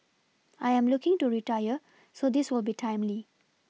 I am looking to retire so this will be timely